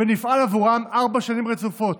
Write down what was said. ונפעל בעבורם ארבע שנים רצופות.